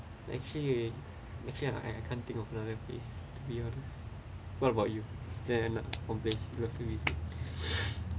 actually actually I I can't think of another place beyond what about you then one place you